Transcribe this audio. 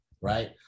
right